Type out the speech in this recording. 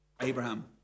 Abraham